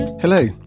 Hello